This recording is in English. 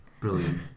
Brilliant